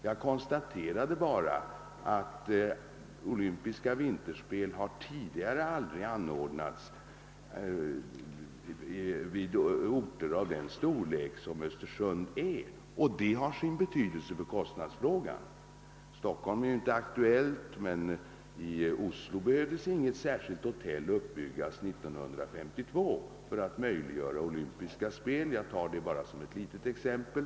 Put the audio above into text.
Jag konstaterade bara att olympiska vinterspel aldrig tidigare hade anordnats vid orter av Östersunds storlek, och detta har sin betydelse för kostnadsfrågan. Stockholm är inte aktuellt i sammanhanget, men det kan nämnas att något särskilt hotell inte behövde byggas i Oslo 1952 för att möjliggöra olympiska spel — jag tar detta som ett litet exempel.